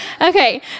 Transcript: Okay